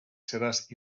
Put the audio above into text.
seràs